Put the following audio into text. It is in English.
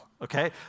Okay